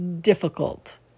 difficult